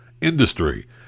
industry